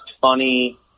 funny